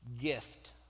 gift